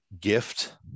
gift